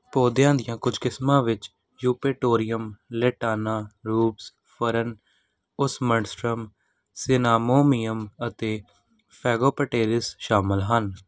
ਪੌਦਿਆਂ ਦੀਆਂ ਕੁਝ ਕਿਸਮਾਂ ਵਿੱਚ Eupatorium Lantana Rubus fern Osmundastrum cinnamomeum ਅਤੇ ਫੇਗੋਪਟੇਰਿਸ ਸ਼ਾਮਲ ਹਨ